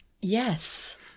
Yes